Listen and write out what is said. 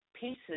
pieces